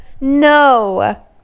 no